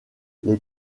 les